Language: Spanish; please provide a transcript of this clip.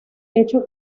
hecho